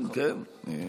כן, כן.